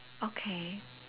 okay